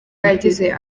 yagize